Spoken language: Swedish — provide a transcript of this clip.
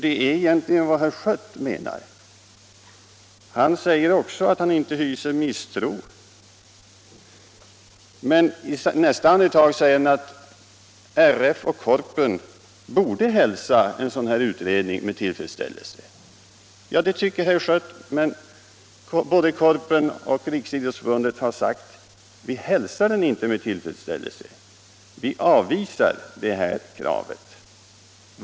Det är egentligen vad herr Schött menar att vi bör säga. Han påstår också att han inte hyser någon misstro, men i nästa andetag säger han att RF och Korpen borde hälsa en sådan här utredning med tillfredsställelse. Ja, det tycker herr Schött, men både Korpen och Riksidrottsförbundet har sagt: Vi hälsar den inte med tillfredsställelse, utan vi avvisar utredningskravet!